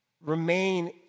remain